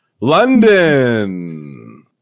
london